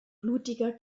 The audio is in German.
blutiger